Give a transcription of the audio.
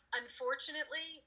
unfortunately